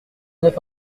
neuf